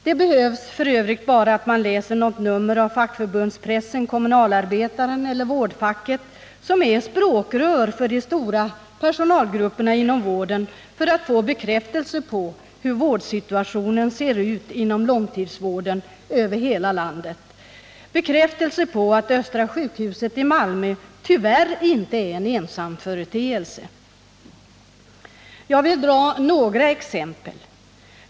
Det behövs f. ö. bara att man läser något nummer av fackförbundstidningarna Kommunalarbetaren eller Vårdfacket, som är språkrör för de stora personalgrupperna inom vården, för att få bekräftelse på hur vårdsituationen ser ut inom långtidsvården över hela landet och på att Östra sjukhuset i Malmö tyvärr inte är en ensam företeelse. Jag vill ge några exempel.